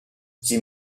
sie